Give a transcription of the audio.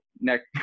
next